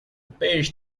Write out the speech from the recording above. parish